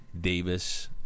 Davis